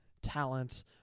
talent